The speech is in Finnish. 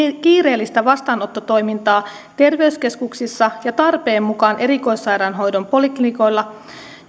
kiireellistä vastaanottotoimintaa terveyskeskuksissa ja tarpeen mukaan erikoissairaanhoidon poliklinikoilla